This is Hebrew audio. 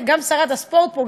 גם שרת הספורט פה,